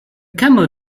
camel